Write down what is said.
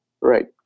Right